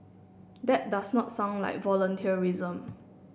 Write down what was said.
that does not sound like volunteerism